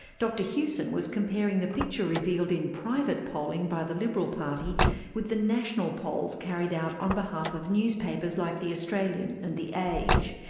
dr hewson was comparing the picture revealed in private polling by the liberal party with the national polls carried out on behalf of newspapers like the australian and the age.